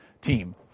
team